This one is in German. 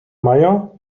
meier